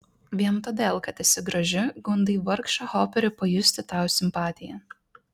vien todėl kad esi graži gundai vargšą hoperį pajusti tau simpatiją